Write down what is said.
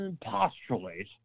postulate